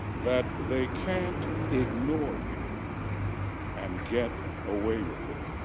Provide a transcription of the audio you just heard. that they can't ignore you and get away with it.